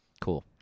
Cool